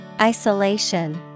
Isolation